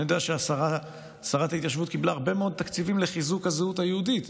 אני יודע ששרת ההתיישבות קיבלה הרבה מאוד תקציבים לחיזוק הזהות היהודית.